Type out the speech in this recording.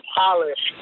polish